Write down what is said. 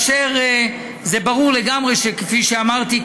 וזה ברור לגמרי שכפי שאמרתי,